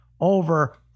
over